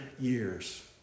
years